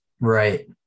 Right